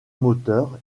moteur